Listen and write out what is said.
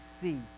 see